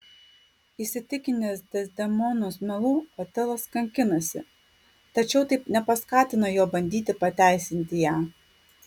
įsitikinęs dezdemonos melu otelas kankinasi tačiau tai nepaskatina jo bandyti pateisinti ją